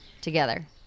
together